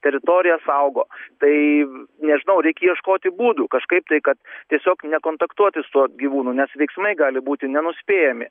teritoriją saugo taai nežinau reikia ieškoti būdų kažkaip tai kad tiesiog nekontaktuoti su tuo gyvūnu nes veiksmai gali būti nenuspėjami